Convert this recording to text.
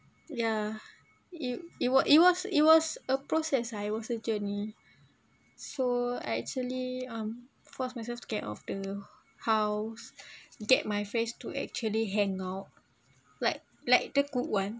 ya it it was it was it was a process I was a journey so I actually um forced myself to get off the h~ house get my friends to actually hang out like like the good ones